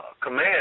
command